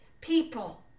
people